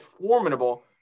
formidable